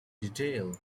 detail